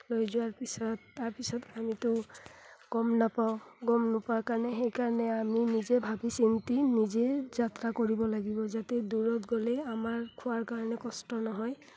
লৈ যোৱাৰ পিছত তাৰ পিছত আমিতো গম নাপাওঁ গম নোপোৱাৰ কাৰণে সেইকাৰণে আমি নিজে ভাবি চিন্তি নিজে যাত্ৰা কৰিব লাগিব যাতে দূৰত গ'লেই আমাৰ খোৱাৰ কাৰণে কষ্ট নহয়